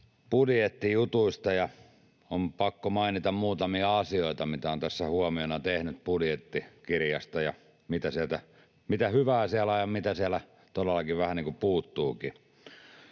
budjettijutuista: ja on pakko mainita muutamia asioita, mitä on tässä huomiona tehnyt budjettikirjasta, mitä hyvää siellä on ja mitä sieltä todellakin vähän niin kuin